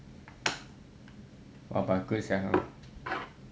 oh but good sia